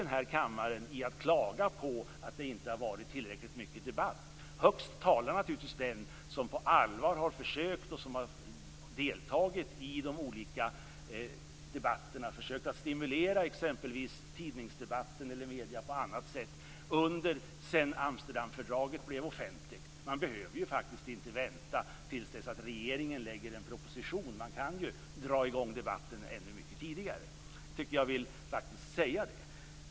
Den som klagar högst på att det inte har varit tillräckligt mycket debatt i den här kammaren är naturligtvis den som har deltagit i de olika debatterna, som på allvar har försökt att stimulera exempelvis tidningsdebatten eller medierna sedan Amsterdamfördraget blev offentligt. Man behöver ju faktiskt inte vänta tills dess att regeringen lägger fram en proposition. Man kan ju dra i gång debatten ännu mycket tidigare. Jag tycker att jag faktiskt vill säga det.